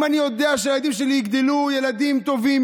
אם אני יודע שהילדים שלי יגדלו ילדים טובים,